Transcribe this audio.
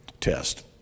test